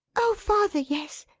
oh father, yes!